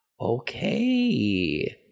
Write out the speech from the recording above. Okay